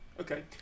Okay